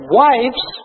wives